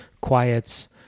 quiets